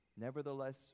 nevertheless